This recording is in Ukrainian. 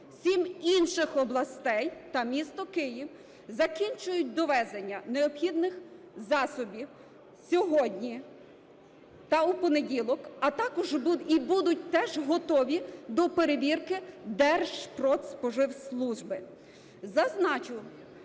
7 інших областей та місто Київ закінчують довезення необхідних засобів сьогодні та в понеділок, а також і будуть теж готові до перевірки Держпродспоживслужби.